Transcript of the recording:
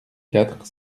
quatre